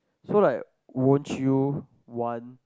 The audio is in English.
so like won't you want